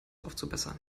aufzubessern